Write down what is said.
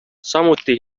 samuti